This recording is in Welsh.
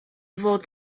fod